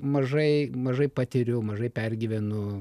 mažai mažai patiriu mažai pergyvenu